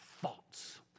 thoughts